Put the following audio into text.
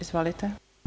Izvolite.